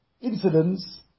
incidents